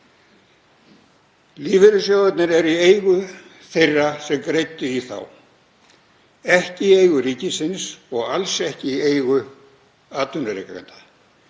Lífeyrissjóðirnir eru í eigu þeirra sem greiddu í þá, ekki í eigu ríkisins og alls ekki í eigu atvinnurekenda.